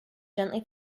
gently